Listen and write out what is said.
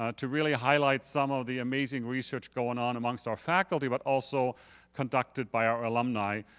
ah to really highlight some of the amazing research going on amongst our faculty but also conducted by our alumni.